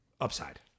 upside